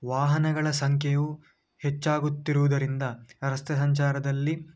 ವಾಹನಗಳ ಸಂಖ್ಯೆಯು ಹೆಚ್ಚಾಗುತ್ತಿರುವುದರಿಂದ ರಸ್ತೆ ಸಂಚಾರದಲ್ಲಿ